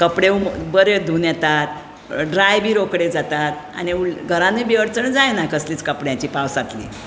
कपडे बरे धुवून येतात ड्राय बी रोखडे जातात आनी घरानूय बी अडचण जायना कसलीच कपड्यांची पावसांतली